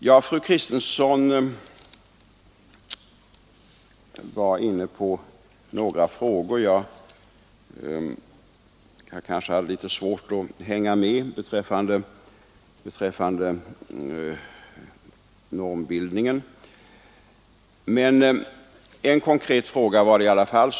När fru Kristensson var inne på normbildningen hade jag kanske litet svårt att hänga med, men en konkret fråga ställde hon i alla fall.